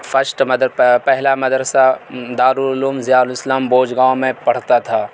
first مدر پہلا مدرسہ دارالعلوم ضیاء السلام بوجھ گاؤں میں پڑھتا تھا